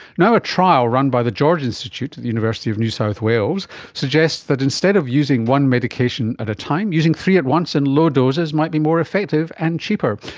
now a trial run by the george institute at the university of new south wales suggests that instead of using one medication at a time, using three at once in low doses might be more effective and cheaper.